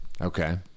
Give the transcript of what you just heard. okay